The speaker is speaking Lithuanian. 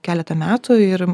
keletą metų ir